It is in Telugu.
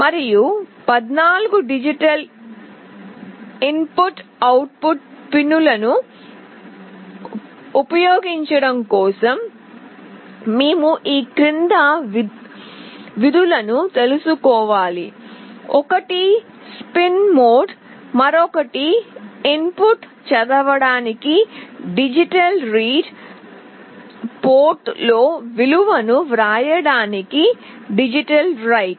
మరియు 14 డిజిటల్ ఇన్పుట్ అవుట్పుట్ పిన్నులను ఉపయోగించడం కోసం మేము ఈ క్రింది విధులను తెలుసుకోవాలి ఒకటి స్పిన్ మోడ్ మరొకటి ఇన్ పుట్ చదవడానికి డిజిటల్ రీడ్ పోర్టు లో విలువను వ్రాయడానికి డిజిటల్ రైట్